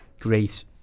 great